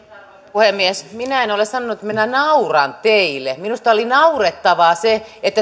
puhemies minä en ole sanonut että minä nauran teille minusta oli naurettavaa se että